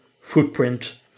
footprint